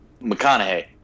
McConaughey